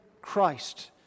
Christ